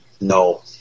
No